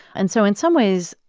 and so in some ways,